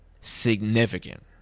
significant